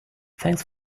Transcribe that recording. thanks